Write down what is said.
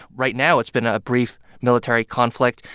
right now, it's been a brief military conflict,